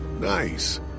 Nice